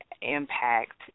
impact